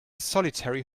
solitary